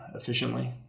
efficiently